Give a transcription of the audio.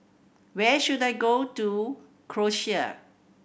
where should I go to Croatia